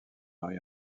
mari